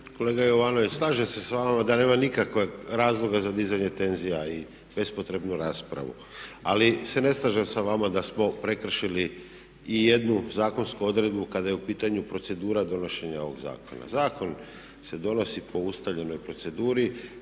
Kolega Jovanović, slažem se sa vama da nema nikakvog razloga za dizanje tenzija i bespotrebnu raspravu. Ali se ne slažem sa vama da smo prekršili i jednu zakonsku odredbu kada je u pitanju procedura donošenja ovog zakona. Zakon se donosi po ustaljenoj proceduri